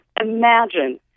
imagine